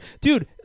dude